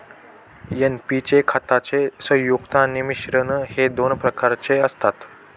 NP चे खताचे संयुग आणि मिश्रण हे दोन प्रकारचे असतात